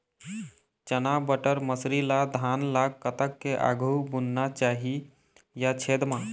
चना बटर मसरी ला धान ला कतक के आघु बुनना चाही या छेद मां?